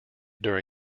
during